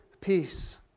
peace